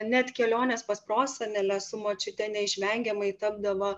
net kelionės pas prosenelę su močiute neišvengiamai tapdavo